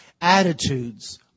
attitudes